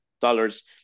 dollars